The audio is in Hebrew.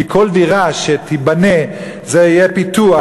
כי כל דירה שתבנה זה יהיה פיתוח,